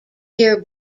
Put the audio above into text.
year